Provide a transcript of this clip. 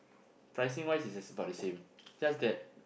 pricing wise is about the same just that